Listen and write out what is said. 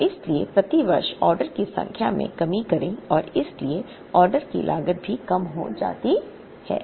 और इसलिए प्रति वर्ष ऑर्डर की संख्या में कमी करें और इसलिए ऑर्डर की लागत भी कम हो जाती है